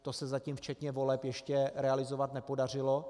To se zatím, včetně voleb, ještě realizovat nepodařilo.